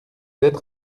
être